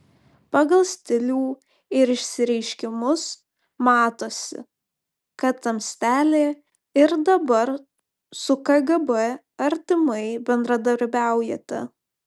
pagal stilių ir išsireiškimus matosi kad tamstelė ir dabar su kgb artimai bendradarbiaujate